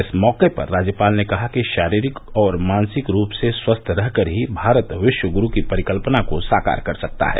इस मौके पर राज्यपाल ने कहा कि शारीरिक और मानसिक रूप से स्वस्थ्य रह कर ही भारत विश्व ग्रू की परिकल्पना को साकार कर सकता है